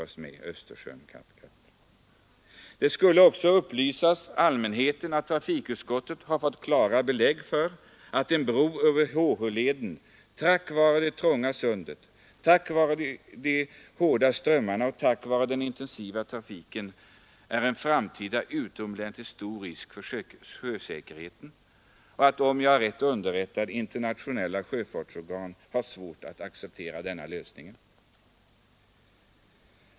Allmänheten bör också upplysas om att trafikutskottet har fått klara belägg för att en bro över HH-leden på grund av det trånga sundet, de hårda strömmarna och den intensiva trafiken är en framtida utomordentligt stor risk för sjösäkerheten och att, om jag är rätt underrättad, internationella sjöfartsorgan har svårt att acceptera denna lösning.